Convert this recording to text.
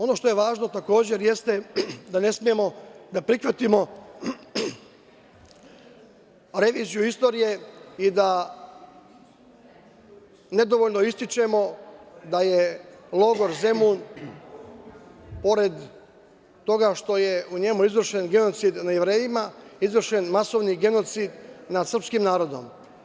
Ono što je važno takođe jeste da ne smemo da prihvatimo reviziju istorije i da nedovoljno ističemo da je logor Zemun, pored toga što je u njemu izvršen genocid nad Jevrejima, izvršen genocid nad srpskim narodom.